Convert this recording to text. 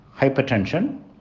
hypertension